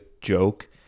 joke